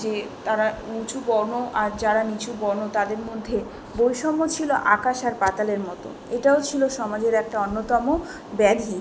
যে তারা উঁচু বর্ণ আর যারা নিচু বর্ণ তাদের মধ্যে বৈষম্য ছিলো আকাশ আর পাতালের মতো এটাও ছিলো সমাজের একটা অন্যতম ব্যাধি